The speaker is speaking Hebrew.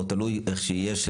תלוי איך שיהיה,